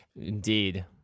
Indeed